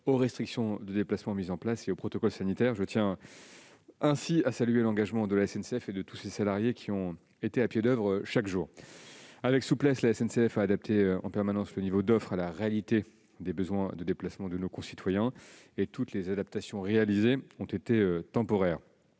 aux restrictions de déplacement mises en place et au protocole sanitaire. À cet égard, je tiens à saluer l'engagement de la SNCF et de tous ses salariés, qui ont été à pied d'oeuvre chaque jour. Avec souplesse, la SNCF a adapté en permanence le niveau d'offre à la réalité des besoins de déplacements de nos concitoyens. Toutes les adaptations réalisées ont été temporaires.